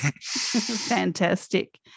Fantastic